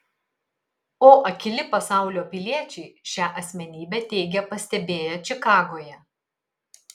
o akyli pasaulio piliečiai šią asmenybę teigia pastebėję čikagoje